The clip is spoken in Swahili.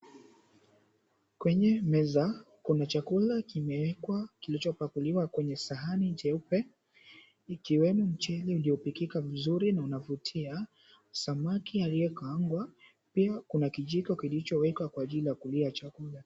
Kwenye meza kuna chakula kimeekwa kilichipakuliwa kwenye sahani jeupe ikiwemo mchele uliopikika vizuri na unavutia. Samaki aliyekaangwa . Pia kuna kijiko kilichowekwa kwa ajili ya kulia chakula.